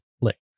click